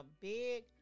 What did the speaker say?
big